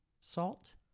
salt